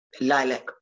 Lilac